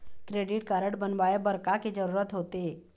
Credit card बनवाए बर का के जरूरत होते?